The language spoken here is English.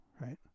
right